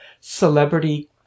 celebrity